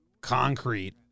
concrete